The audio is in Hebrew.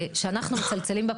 אנחנו פותחים את היום הזה